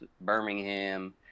Birmingham